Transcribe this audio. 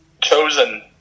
chosen